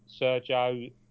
Sergio